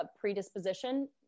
predisposition